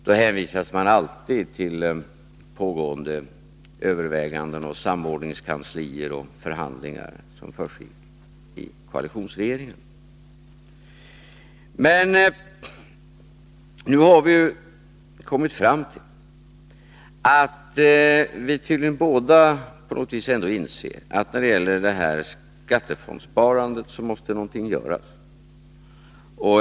Då hänvisades man alltid till pågående överväganden, samordningskanslier och förhandlingar som försiggick i koalitionsregeringen. Men nu har vi kommit fram till att vi båda tydligen på något vis ändå inser att när det gäller skattefondssparandet måste någonting göras.